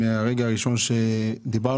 מהרגע הראשון שדיברנו,